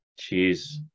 Jeez